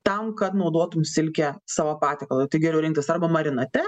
tam kad naudotum silkę savo patiekalui tai geriau rinktis arba marinate